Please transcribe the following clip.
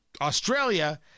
Australia